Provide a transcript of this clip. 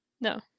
no